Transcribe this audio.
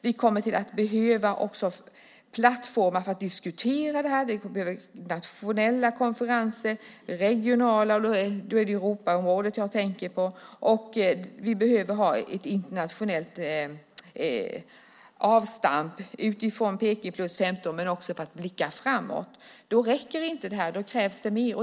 Vi kommer också att behöva plattformar för att diskutera detta. Vi behöver nationella och regionala konferenser. Jag tänker på Europarådet. Och vi behöver ha ett internationellt avstamp utifrån Peking + 15 men också för att blicka framåt. Då räcker inte detta. Då krävs det mer.